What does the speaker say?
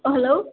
hello